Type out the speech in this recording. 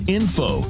info